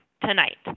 tonight